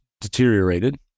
deteriorated